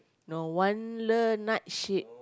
no night ship